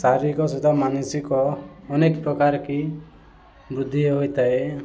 ଶାରୀରିକ ସହିତ ମାନସିକ ଅନେକ ପ୍ରକାରକ ବୃଦ୍ଧି ହୋଇଥାଏ